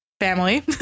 family